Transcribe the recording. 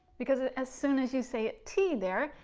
because ah as soon as you say a t there,